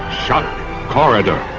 shock corridor,